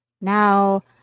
Now